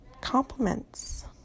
Compliments